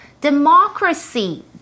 Democracy